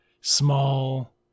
small